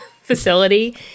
facility